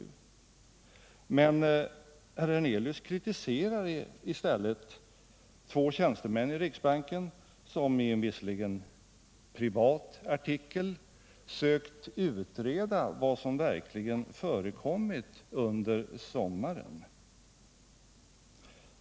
Men herr Hernelius kritiserar i stället två tjänstemän i riksbanken som i en, visserligen privat, artikel sökt utreda vad som verkligen förekommit under sommaren.